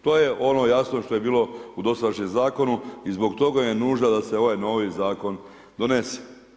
To je ono jasno što je bilo u dosadašnjem zakonu i zbog toga je nužno da se ovaj novi zakon donese.